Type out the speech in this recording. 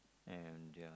and ya